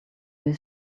his